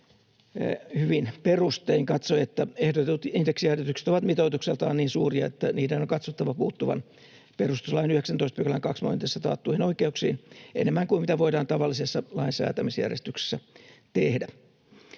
hyvin perustein katsoi, että ehdotetut indeksijäädytykset ovat mitoitukseltaan niin suuria, että niiden on katsottava puuttuvan perustuslain 19 §:n 2 momentissa taattuihin oikeuksiin enemmän kuin mitä voidaan tavallisessa lainsäätämisjärjestyksessä tehdä.